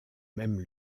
même